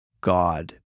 God